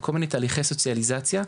וכל מיני תהליכי סוציאליזציה,